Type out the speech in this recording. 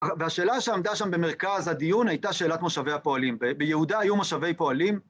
והשאלה שעמדה שם במרכז הדיון הייתה שאלת מושבי הפועלים, ביהודה היו מושבי פועלים